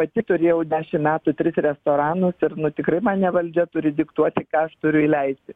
pati turėjau dešim metų tris restoranus ir nu tikrai man ne valdžia turi diktuoti ką aš turiu įleisti